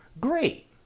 great